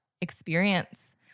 experience